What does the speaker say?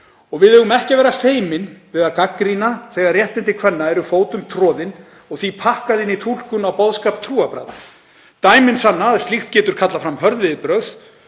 Við eigum ekki að vera feimin við að gagnrýna þegar réttindi kvenna eru fótum troðin og því pakkað inn í túlkun á boðskap trúarbragða. Dæmin sanna að slíkt getur kallað fram hörð viðbrögð